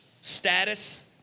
status